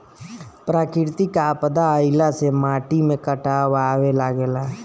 प्राकृतिक आपदा आइला से माटी में कटाव आवे लागेला